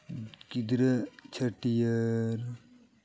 ᱜᱤᱫᱽᱨᱟᱹ ᱪᱷᱟᱹᱴᱭᱟᱹᱨ